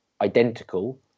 identical